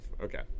okay